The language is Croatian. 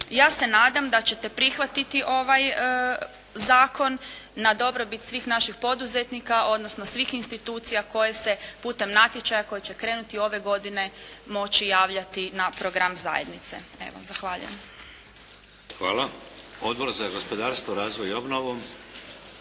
Ja se nadam da ćete prihvatiti ovaj zakon na dobrobit svih naših poduzetnika odnosno svih institucija koje se putem natječaja, koje će krenuti ove godine moći javljati na program zajednice. Zahvaljujem. **Šeks, Vladimir (HDZ)** Hvala. Odbor za gospodarstvo, razvoj i obnovu?